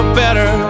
better